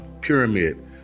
pyramid